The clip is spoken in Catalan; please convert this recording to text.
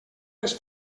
les